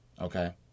Okay